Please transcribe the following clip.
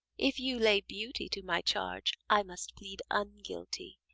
if you lay beauty to my charge, i must plead unguilty.